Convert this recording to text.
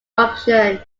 option